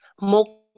more